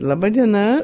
laba diena